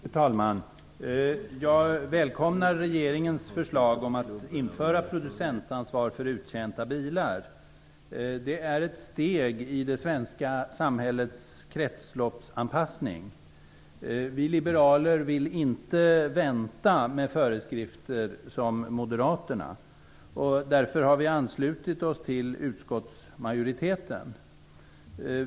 Fru talman! Jag välkomnar regeringens förslag om att införa producentansvar för uttjänta bilar. Det är ett steg i det svenska samhällets kretsloppsanpassning. Vi liberaler vill inte, som Moderaterna, vänta med föreskrifter. Vi har därför anslutit oss till utskottsmajoriteten.